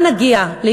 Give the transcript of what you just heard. לא